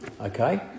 okay